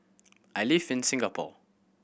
I live in Singapore